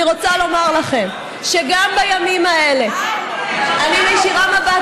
אני רוצה לומר לכם שגם בימים האלה אני מישירה מבט